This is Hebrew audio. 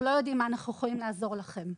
לא יודעים במה אנחנו יכולים לעזור לכם.